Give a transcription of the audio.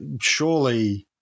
surely